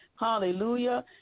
hallelujah